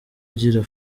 ugira